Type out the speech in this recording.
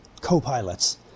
co-pilots